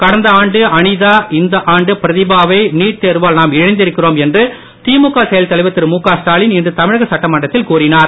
கடந்த ஆண்டு அனிதா இந்த ஆண்டு பிரதிபா வை நீட் தேர்வால் நாம் இழந்திருக்கிறோம் என்று திழுக செயல் தலைவர் திருமுகஸ்டாலின் இன்று தமிழக சட்டமன்றத்தில் கூறினார்